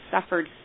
suffered